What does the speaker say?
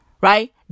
right